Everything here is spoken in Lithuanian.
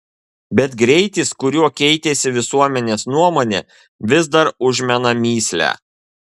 bet greitis kuriuo keitėsi visuomenės nuomonė vis dar užmena mįslę